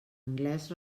anglès